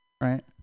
right